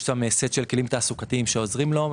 יש סט כלים תעסוקתיים שעוזרים לו,